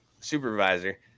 supervisor